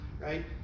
right